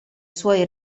suoi